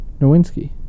Nowinski